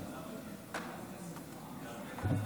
הצעת חוק לתיקון סדרי הדין )חקירת עדים)